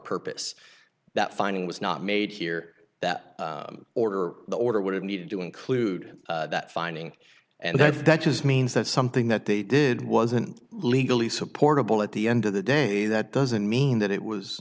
purpose that finding was not made here that order the order would have needed to include that finding and i think that just means that something that they did wasn't legally supportable at the end of the day that doesn't mean that it was